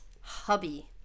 hubby